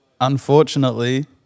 unfortunately